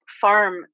farm